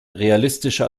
realistische